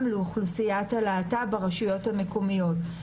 לאוכלוסיית הלהט"ב ברשויות המקומיות.